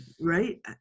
right